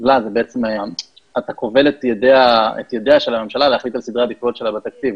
בעצם אתה כובל את ידיה של הממשלה להחליט על סדרי עדיפויות שלה בתקציב.